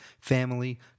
family